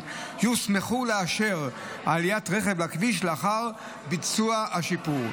יוסמכו לאשר עליית רכב לכביש לאחר ביצוע השיפור.